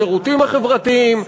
השירותים החברתיים,